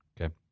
Okay